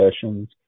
sessions